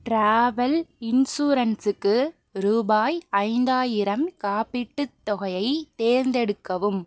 travel இன்சூரன்ஸுக்கு ரூபாய் ஐந்தாயிரம் காப்பீட்டுத் தொகையை தேர்ந்தெடுக்கவும்